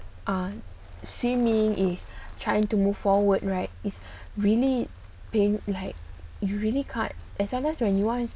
ah swimming is trying to move forward right is really paying like you really can't and sometimes when you want